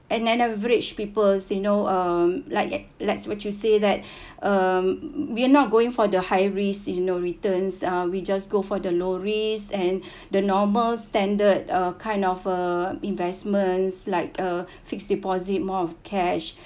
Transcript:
an average people in you know um like at let's what you say that um we're not going for the high risk you know returns uh we just go for the low risk and the normal standard uh kind of uh investments like a fixed deposit more of cash